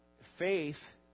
faith